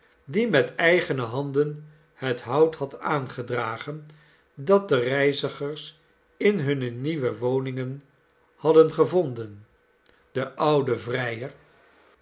die met eigene handen het hout had aangedragen dat de reizigers in hunne nieuwe woningen hadden gevonden de oude vrijer